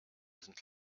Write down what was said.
sind